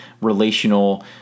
relational